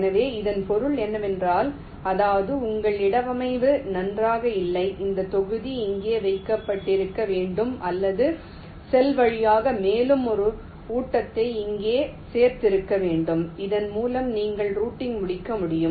எனவே இதன் பொருள் என்னவென்றால் அதாவது உங்கள் இடவமைவு நன்றாக இல்லை இந்த தொகுதி இங்கே வைக்கப்பட்டிருக்க வேண்டும் அல்லது செல் வழியாக மேலும் ஒரு ஊட்டத்தை இங்கே சேர்த்திருக்க வேண்டும் இதன் மூலம் நீங்கள் ரூட்டிங் முடிக்க முடியும்